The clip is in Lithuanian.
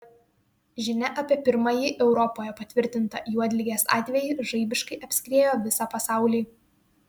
žinia apie pirmąjį europoje patvirtintą juodligės atvejį žaibiškai apskriejo visą pasaulį